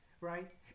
Right